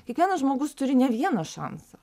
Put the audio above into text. kiekvienas žmogus turi ne vieną šansą